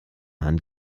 hand